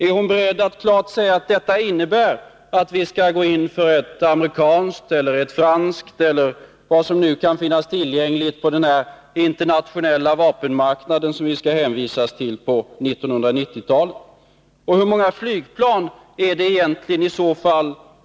Är hon beredd att klart säga att det innebär att vi skall gå in för ett amerikanskt eller ett franskt plan eller vad som kan finnas tillgängligt på den internationella vapenmarknad som vi skall hänvisas till på 1990-talet? Och hur många flygplan vill hon egentligen ha i så fall?